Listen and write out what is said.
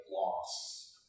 loss